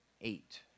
eight